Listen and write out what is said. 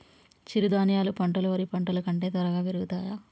చిరుధాన్యాలు పంటలు వరి పంటలు కంటే త్వరగా పెరుగుతయా?